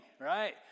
right